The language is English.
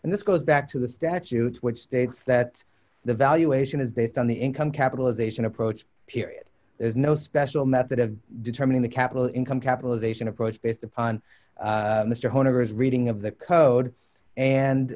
and this goes back to the statute which states that the valuation is based on the income capitalization approach period there's no special method of determining the capital income capitalization approach based upon mr one of his reading of the code and